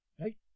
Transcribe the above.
right